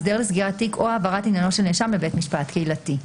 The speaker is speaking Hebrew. הסדר לסגירת חוק או העברת עניינו של נאשם בבית משפט קהילתי".